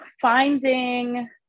finding